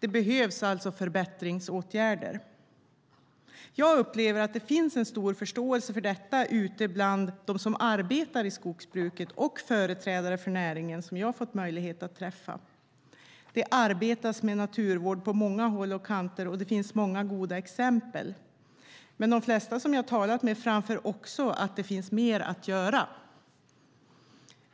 Det behövs alltså förbättringsåtgärder. Jag upplever att det finns en stor förståelse för detta bland dem som arbetar i skogsbruket och bland företrädare för näringen som jag har fått möjlighet att träffa. Det arbetas med naturvård på många håll och kanter, och det finns många goda exempel, men de flesta jag talat med framför också att det finns mer att göra.